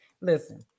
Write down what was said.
listen